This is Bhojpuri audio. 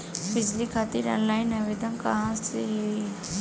बिजली खातिर ऑनलाइन आवेदन कहवा से होयी?